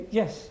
yes